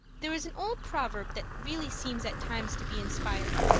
there is an old proverb that really seems at times to be inspired.